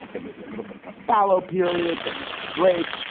there may be a little bit of a fallow period then. yeah, drake.